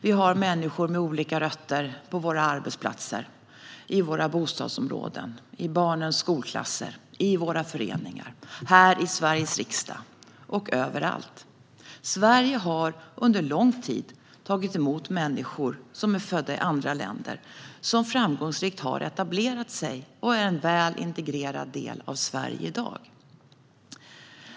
Det finns människor med olika rötter på våra arbetsplatser, i våra bostadsområden, i barnens skolklasser, i våra föreningar, i Sveriges riksdag och överallt. Sverige har under lång tid tagit emot människor som är födda i andra länder och som framgångsrikt har etablerat sig och är en väl integrerad del av Sverige i dag.